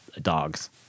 dogs